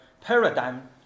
paradigm